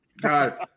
God